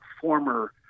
former